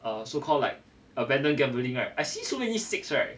err so called like abandon gambling right I see so many six right